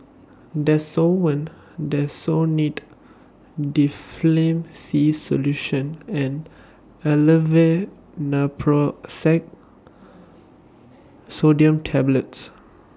Desowen Desonide Difflam C Solution and Aleve Naproxen Sodium Tablets